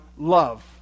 Love